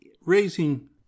raising